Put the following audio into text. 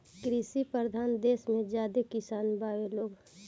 कृषि परधान देस मे ज्यादे किसान बावे लोग